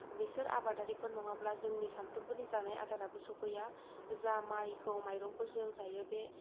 बेसोर आबादारिफोर नङाब्ला जोंनि सानफ्रोमबोनि जानाय आदाराबाो सफैया जा माइखौ माइरंखौ जायो बे